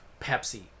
Pepsi